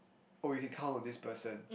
oh you can count on this person